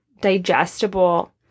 digestible